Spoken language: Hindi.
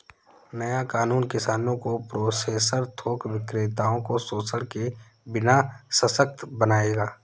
नया कानून किसानों को प्रोसेसर थोक विक्रेताओं को शोषण के बिना सशक्त बनाएगा